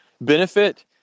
benefit